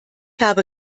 habe